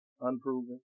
Unproven